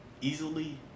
easily